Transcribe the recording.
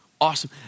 Awesome